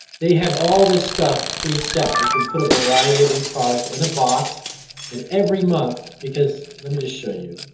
they have all this stuff preset. you can put a variety of these products in a box and every month, because let me just show you.